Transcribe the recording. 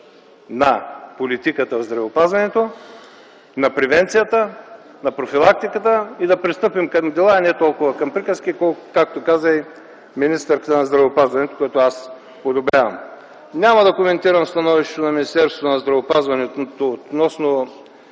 на политиката в здравеопазването, на превенцията, на профилактиката и да пристъпим към дела, а не толкова към приказки, както каза и министърът на здравеопазването, което аз одобрявам. Няма да коментирам становището на министерството относно